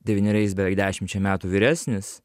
devyneriais beveik dešimčia metų vyresnis